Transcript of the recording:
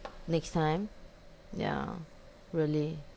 next time yeah really